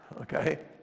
Okay